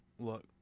Look